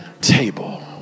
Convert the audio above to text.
table